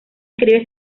escribe